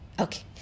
Okay